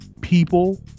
people